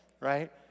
right